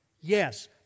Yes